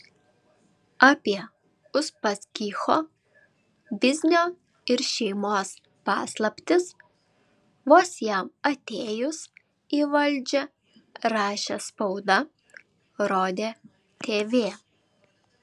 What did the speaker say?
apie uspaskicho biznio ir šeimos paslaptis vos jam atėjus į valdžią rašė spauda rodė tv